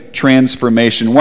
transformation